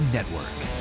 Network